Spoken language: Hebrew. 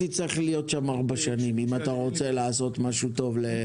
צריך להיות שם ארבע שנים אם אתה רוצה לעשות משהו טוב.